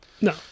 No